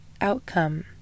outcome